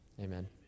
Amen